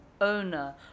owner